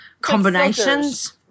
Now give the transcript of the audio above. combinations